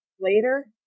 later